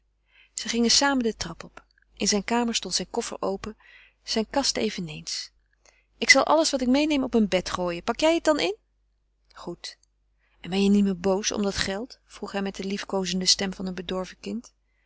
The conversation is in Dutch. zij gingen samen de trap op in zijne kamer stond zijn koffer open zijne kast eveneens ik zal alles wat ik meeneem op mijn bed gooien pak jij het dan in goed en ben je niet meer boos om dat geld vroeg hij met de liefkoozende stem van een bedorven kind